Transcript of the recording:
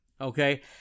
okay